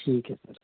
ਠੀਕ ਹੈ ਸਰ